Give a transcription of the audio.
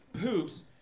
poops